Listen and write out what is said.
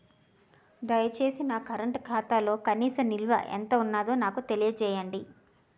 దయచేసి నా కరెంట్ ఖాతాలో కనీస నిల్వ ఎంత ఉందో నాకు తెలియజేయండి